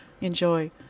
enjoy